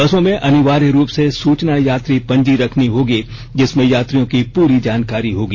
बसों में अनिवार्य रुप से सूचना यात्री पंजी रखनी होगी जिसमें यात्रियों की पूरी जानकारी होगी